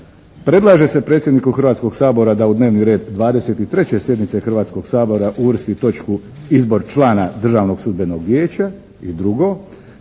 Predlaže se predsjedniku Hrvatskoga sabora da u dnevni red 23. sjednice Hrvatskoga sabora uvrsti točku izbor člana Državnog sudbenog vijeća, i 2.